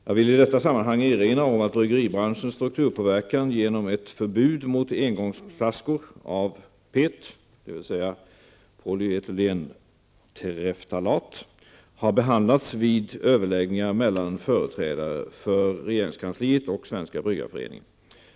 Jag vill i detta sammanhang erinra om att bryggeribranschens strukturpåverkan genom ett förbud mot engångsflaskor av PET har behandlats vid överläggningar mellan företrädare för regeringskansliet och Svenska Bryggareföreningen.